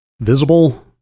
visible